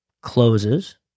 closes